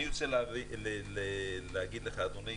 אדוני,